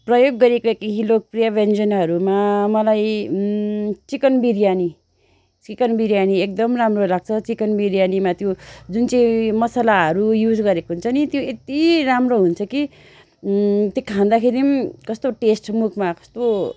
प्रयोग गरिएका केही लोक प्रिय ब्यन्जनहरूमा मलाई चिकन बिर्यानी चिकन बिर्यानी एकदम राम्रो लाग्छ चिकन बिर्यानीमा त्यो जुन चाहिँ मसालाहरू युज गरेको हुन्छ नि त्यो यति राम्रो हुन्छ कि त्यो खाँदाखेरि पनि कस्तो टेस्ट मुखमा कस्तो